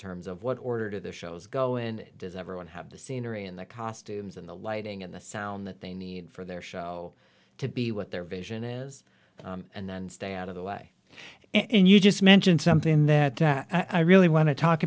terms of what order the shows go and does everyone have the scenery and the costumes and the lighting and the sound that they need for their show to be what their vision is and then stay out of the way and you just mentioned something that i really want to talk